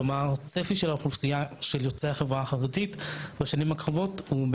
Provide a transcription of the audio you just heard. כלומר צפי של אוכלוסייה של יוצא החברה החרדית בשנים הקרובות,